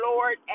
Lord